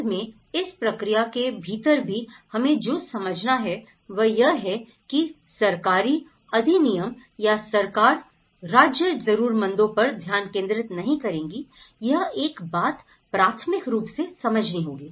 अतं मै इस प्रक्रिया के भीतर भी हमें जो समझना है वह यह कि सरकारी अधिनियम या सरकार राज्य जरूरतमंदों पर ध्यान केंद्रित नहीं करेंगी यह एक बात प्राथमिक रूप से समझनी होगी